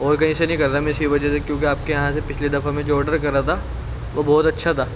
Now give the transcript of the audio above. اور کہیں سے نہیں کر رہا اسی وجہ سے کیونکہ آپ کے یہاں سے پچھلی دفعہ میں جو آڈر کرا تھا وہ بہت اچھا تھا